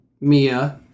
Mia